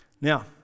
now